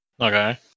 okay